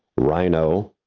rhino,